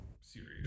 series